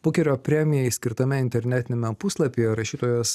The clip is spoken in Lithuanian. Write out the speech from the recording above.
bukerio premijai skirtame internetiniame puslapyje rašytojas